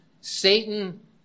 Satan